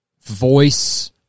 voice